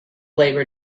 labor